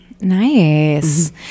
nice